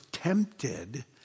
tempted